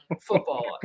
football